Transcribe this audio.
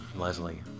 Leslie